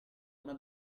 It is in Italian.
una